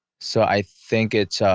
so i think it's